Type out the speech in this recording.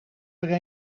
weer